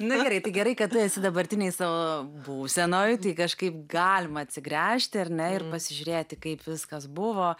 na gerai tai gerai kad tu esi dabartinėj savo būsenoje tai kažkaip galima atsigręžti ar ne ir pasižiūrėti kaip viskas buvo